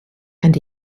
and